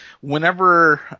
whenever